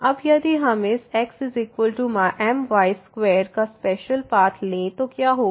अब यदि हम इस xmy2 का स्पेशल पाथ लें तो क्या होगा